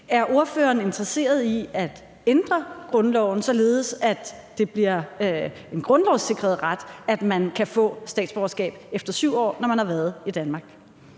Er ordføreren interesseret i at ændre grundloven, således at det bliver en grundlovssikret ret, at man kan få statsborgerskab efter 7 år, altså når man har været i Danmark